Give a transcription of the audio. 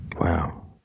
Wow